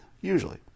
usually